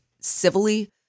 civilly